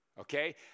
okay